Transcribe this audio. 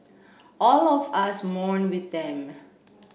all of us mourn with them